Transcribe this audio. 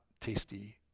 tasty